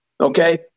okay